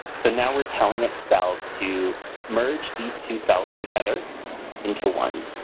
so now we're telling excel to merge these two cells together into one.